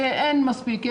שאין מספיק,